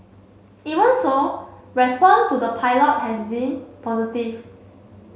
even so response to the pilot has been positive